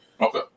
Okay